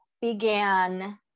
began